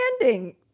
ending